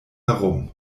herum